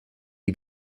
die